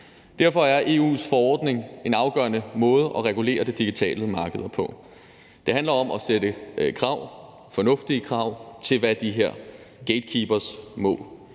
Derfor er EU's forordning en afgørende måde at regulere de digitale markeder på. Det handler om at stille fornuftige krav til, hvad de her gatekeepere må.